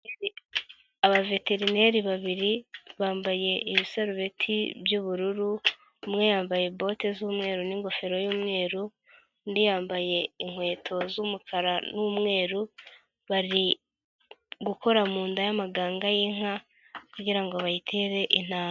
Abaveterineri babiri, bambaye ibisarubeti by'ubururu, umwe yambaye bote z'umweru n'ingofero y'umweru, undi yambaye inkweto z'umukara n'umweru, bari gukora mu nda y'amaganga y'inka kugira ngo bayitere intanga.